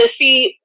see